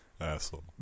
Asshole